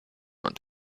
und